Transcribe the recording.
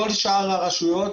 כל שאר הרשויות,